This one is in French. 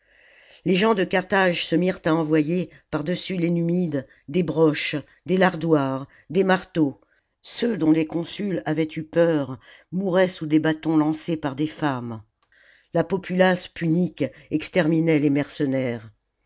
les gens de carthage se mirent à envoyer pardessus les numides des broches des lardoires des marteaux ceux dont les consuls avaient eu peur mouraient sous des bâtons lancés par des femmes la populace punique exterminait les mercenaires